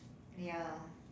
ya